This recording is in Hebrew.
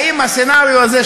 האם הסצנריו הזה,